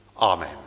Amen